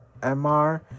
Mr